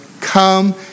come